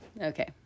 okay